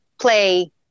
play